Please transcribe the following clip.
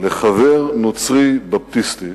לחבר נוצרי בפטיסט.